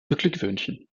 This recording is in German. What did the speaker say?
beglückwünschen